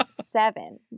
seven